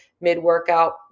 mid-workout